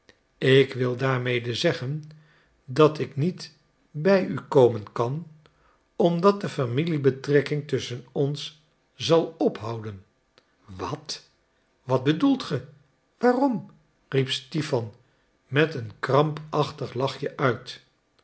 ik wil daarmede zeggen dat ik niet bij u komen kan omdat de familiebetrekking tusschen ons zal ophouden wat wat bedoelt ge waarom riep stipan met een krampachtig lachje uit